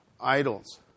idols